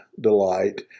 delight